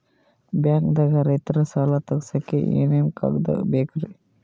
ಬ್ಯಾಂಕ್ದಾಗ ರೈತರ ಸಾಲ ತಗ್ಸಕ್ಕೆ ಏನೇನ್ ಕಾಗ್ದ ಬೇಕ್ರಿ?